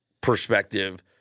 perspective